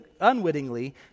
unwittingly